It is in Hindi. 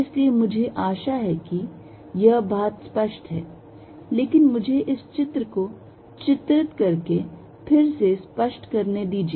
इसलिए मुझे आशा है कि यह बात स्पष्ट है लेकिन मुझे इस चित्र को चित्रित करके फिर से स्पष्ट करने दीजिए